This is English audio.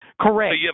Correct